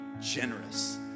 generous